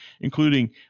including